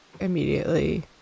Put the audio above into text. immediately